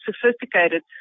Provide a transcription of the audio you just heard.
sophisticated